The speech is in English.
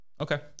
okay